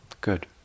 Good